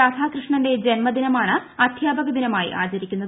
രാധാകൃഷ്ണന്റെ ജന്മദിനമാണ് അധ്യാപക ദിനമായി ആചരിക്കുന്നത്